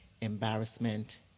embarrassment